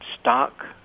stock